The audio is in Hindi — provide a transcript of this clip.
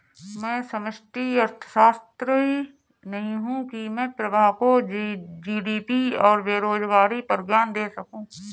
मैं समष्टि अर्थशास्त्री नहीं हूं की मैं प्रभा को जी.डी.पी और बेरोजगारी पर ज्ञान दे सकूं